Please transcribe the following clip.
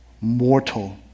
mortal